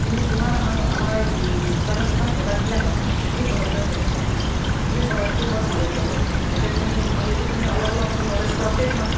তুমি যিমান আমাৰ আমাৰ দোকানত যিমান প্ৰডাক্টবিলাক আছে তুমি প্ৰডাক্টবিলাক দেখাব লাগিব তুমি প্ৰডাক্টটোৰ ওপৰত নলেজ ল'ব লাগিব এতিয়া তুমি অলৰেডি তুমি অলপ অলপ নলেজটো আছেই তোমাৰ